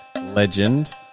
Legend